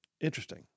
Interesting